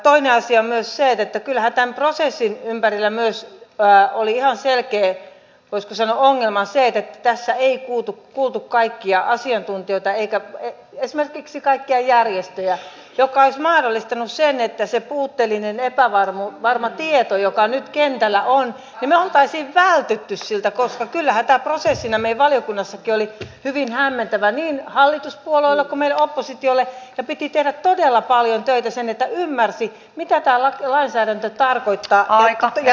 toinen asia on se että kyllähän tämän prosessin ympärillä myös oli ihan selkeä voisiko sanoa ongelma se että tässä ei kuultu kaikkia asiantuntijoita eikä esimerkiksi kaikkia järjestöjä mikä olisi mahdollistanut sen että siltä puutteelliselta epävarmalta tiedolta joka nyt kentällä on me olisimme välttyneet koska kyllähän tämä prosessina meillä valiokunnassakin oli hyvin hämmentävä niin hallituspuolueille kuin meille oppositiolle ja piti tehdä todella paljon töitä sen eteen että ymmärsi mitä tämä lainsäädäntö tarkoittaa ja todeta se että tällä lailla ei todellakaan puututa näihin osa aikaisuuksiin